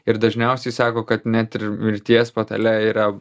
ir dažniausiai sako kad net ir mirties patale yra